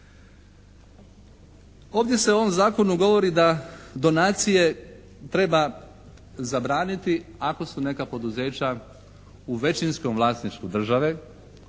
Ovdje se u ovom Zakonu govori da donacije treba zabraniti ako su neka poduzeća u većinskom vlasništvu države,